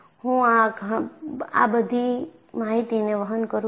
હું આ બધી માહિતીને વહન કરું છું